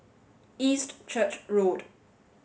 East Church Road